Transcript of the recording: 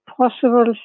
possible